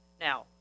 now